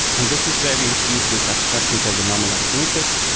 and this is where we introduce this abstraction called a normalized matrix,